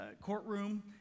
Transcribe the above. courtroom